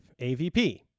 AVP